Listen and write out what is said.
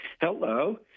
Hello